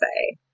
say